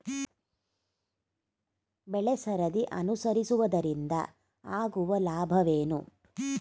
ಬೆಳೆಸರದಿ ಅನುಸರಿಸುವುದರಿಂದ ಆಗುವ ಲಾಭವೇನು?